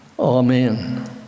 Amen